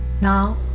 Now